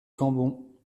cambon